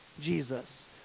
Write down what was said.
Jesus